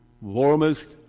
warmest